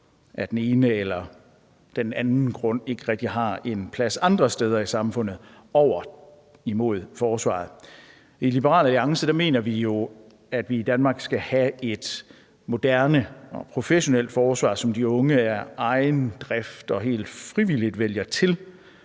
af den ene eller den anden grund ikke rigtig har en plads andre steder i samfundet, over imod forsvaret. I Liberal Alliance mener vi jo, at vi i Danmark skal have et moderne og professionelt forsvar, som de unge af egen drift og helt frivilligt vælger til,